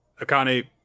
Akane